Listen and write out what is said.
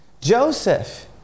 Joseph